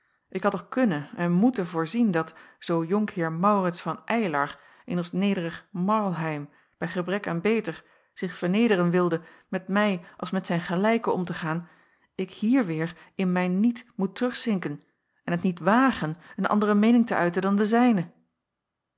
ik had toch kunnen en moeten voorzien dat zoo jonkheer maurits van eylar in ons nederig marlheim bij gebrek aan beter zich vernederen wilde met mij als met zijn gelijke om te gaan ik hier weêr in mijn niet moet terugzinken en het niet wagen een andere meening te uiten dan de zijne